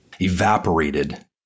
evaporated